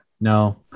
No